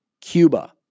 Cuba